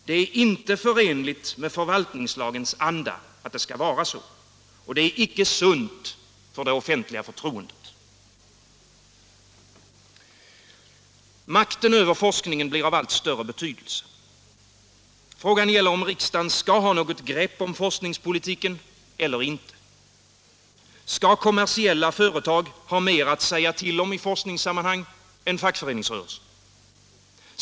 Det är inte förenligt med förvaltningslagens anda att det skall vara så, och det är icke sunt för det offentliga förtroendet. Makten över forskningen blir av allt större betydelse. Frågan gäller om riksdagen skall ha något grepp om forskningspolitiken eller inte. Skall kommersiella företag ha mer att säga till om i forskningssammanhang än fackföreningsrörelsen?